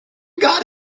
got